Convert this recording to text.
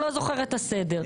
לא זוכרת את הסדר.